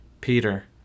Peter